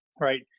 right